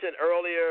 earlier